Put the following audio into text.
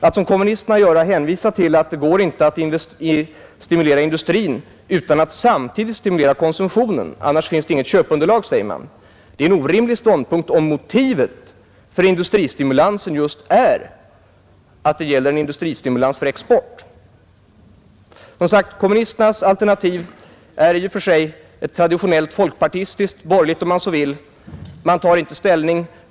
Att såsom kommunisterna gör hänvisa till att det inte går att stimulera industrin utan att samtidigt stimulera konsumtionen, eftersom det annars inte finns något köpunderlag, som man säger, är en orimlig ståndpunkt om motivet för industristimulansen just är att det gäller en industristimulans för export. Kommunisternas alternativ är, som sagt, i och för sig ett traditionellt folkpartistiskt — borgerligt, om man så vill — alternativ. Man tar inte ställning.